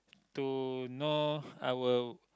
to know our